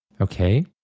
Okay